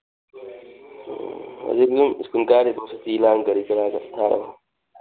ꯎꯝ ꯍꯧꯖꯤꯛ ꯃꯤ ꯁ꯭ꯀꯨꯜ ꯀꯥꯔꯤꯕꯣ ꯍꯧꯖꯤꯛꯇꯤ ꯏꯔꯥꯡ ꯀꯔꯤ ꯀꯔꯥ